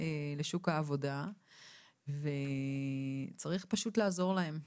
לשוק העבודה וצריך פשוט לעזור להם.